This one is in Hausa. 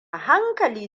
hankali